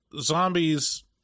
zombies